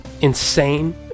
insane